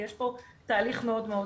יש פה תהליך מאוד סדור.